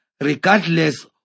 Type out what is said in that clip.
regardless